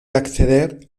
acceder